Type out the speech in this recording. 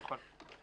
נכון.